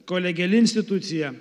kolegiali institucija